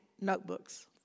notebooks